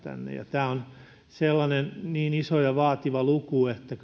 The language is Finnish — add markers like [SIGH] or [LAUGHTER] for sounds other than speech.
tämä on niin iso ja vaativa luku että [UNINTELLIGIBLE]